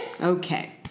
Okay